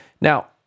Now